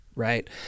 Right